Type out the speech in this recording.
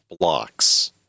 blocks